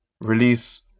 release